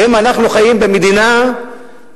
האם אנחנו חיים במדינה שהבסיס,